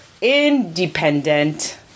independent